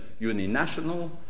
uninational